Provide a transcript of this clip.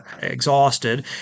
exhausted